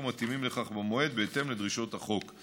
מתאימים לכך במועד בהתאם לדרישות החוק.